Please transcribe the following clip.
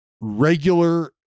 regular